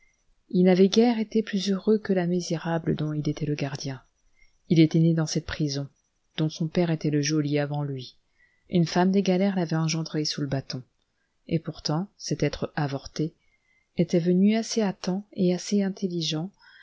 il n'avait guère été plus heureux que la misérable dont il était le gardien il était né dans cette prison dont son père était le geôlier avant lui une femme des galères l'avait engendré sous le bâton et pourtant cet être avorté était venu assez à temps et assez intelligent